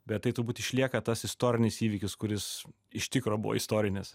bet tai turbūt išlieka tas istorinis įvykis kuris iš tikro buvo istorinis